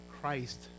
Christ